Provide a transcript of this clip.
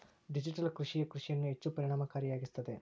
digital ಕೃಷಿಯೇ ಕೃಷಿಯನ್ನು ಹೆಚ್ಚು ಪರಿಣಾಮಕಾರಿಯಾಗಿಸುತ್ತದೆ